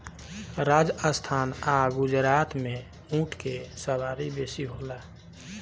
राजस्थान आ गुजरात में ऊँट के सवारी बेसी होला